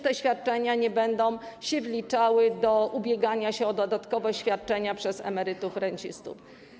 Te świadczenia również nie będą się wliczały przy ubieganiu się o dodatkowe świadczenia przez emerytów, rencistów.